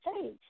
hey